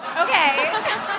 Okay